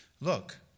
Look